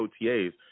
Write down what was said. OTAs